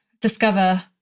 discover